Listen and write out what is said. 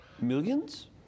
Millions